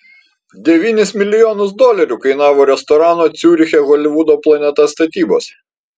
devynis milijonus dolerių kainavo restorano ciuriche holivudo planeta statybos